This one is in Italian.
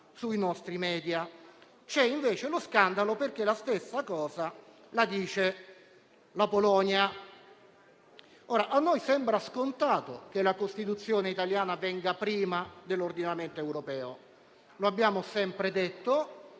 sui nostri *media*. C'è invece scandalo, perché la stessa cosa la dice la Polonia. A noi sembra scontato che la Costituzione italiana venga prima dell'ordinamento europeo, come abbiamo sempre detto.